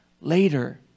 later